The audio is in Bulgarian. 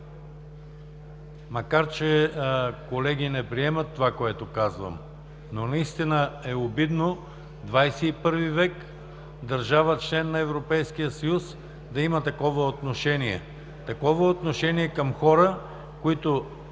Макар, че колеги не приемат това, което казвам, но наистина е, че е обидно в XXI век държава – член на Европейския съюз, да има такова отношение към хора, които